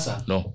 no